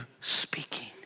speaking